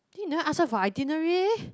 then you never ask her for itinerary